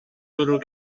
bwrw